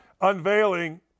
unveiling